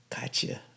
gotcha